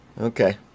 Okay